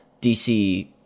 DC